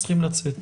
צריכים לצאת.